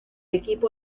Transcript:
equipo